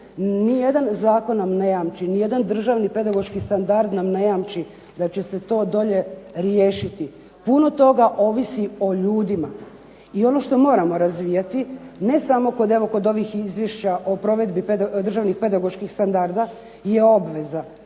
ni jedan zakon nam ne jamči, ni jedan državni pedagoški standard nam ne jamči da će se to dolje riješiti. Puno toga ovisi o ljudima. I ono što moramo razvijati, ne samo kod evo kod ovih izvješća o provedbi, državnih pedagoških standarda je obveza